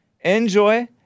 Enjoy